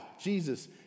Jesus